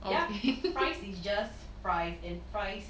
ya fries is just fries and fries